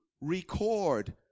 record